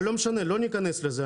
אבל לא משנה, לא נכנס לזה.